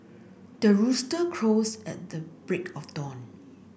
the rooster crows at the break of dawn